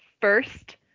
first